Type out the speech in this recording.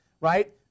right